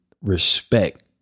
respect